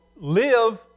live